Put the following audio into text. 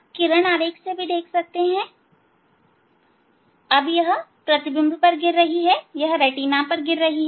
किरण आरेख से आप देख सकते हैं अब यह प्रतिबिंब पर गिर रही है यह रेटिना पर गिर रही है